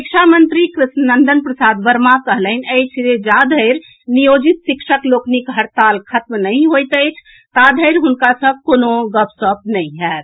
शिक्षा मंत्री कृष्णनंदन प्रसाद वर्मा कहलनि अछि जे जाधरि नियोजित शिक्षक लोकनिक हड़ताल खत्म नहि होइत अछि ताधरि हुनका सँ कोनो बातचीत नहि होएत